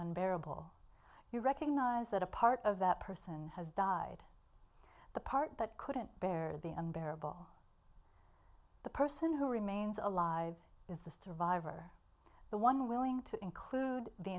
unbearable you recognize that a part of that person has died the part that couldn't bear the unbearable the person who remains alive is the survivor the one willing to include the